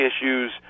issues